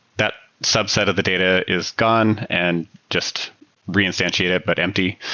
that subset of the data is gone and just re-instantiate it, but empty.